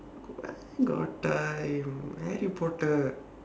where got time harry potter